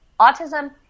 Autism